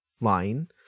line